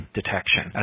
detection